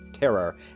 terror